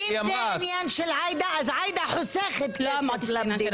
אם זה עניין של עאידה, אז עאידה חוסכת למדינה.